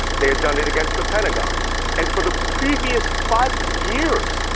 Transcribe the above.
they had done it against the pentagon and for the previous five years,